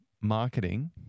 marketing